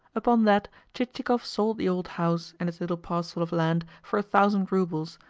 upon that chichikov sold the old house and its little parcel of land for a thousand roubles,